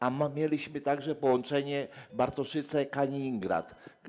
A mieliśmy także połączenie Bartoszyce - Kaliningrad.